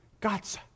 God's